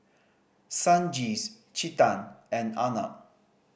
Sanjeev Chetan and Arnab